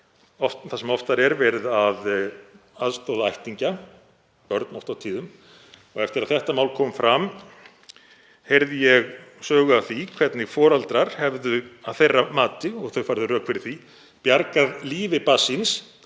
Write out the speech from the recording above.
það sem oftar er, verið að aðstoða ættingja, börn oft á tíðum. Eftir að þetta mál kom fram heyrði ég sögu af því hvernig foreldrar hefðu, að eigin mati og þau færðu rök fyrir því, bjargað lífi barns